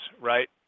right